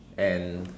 and